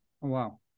Wow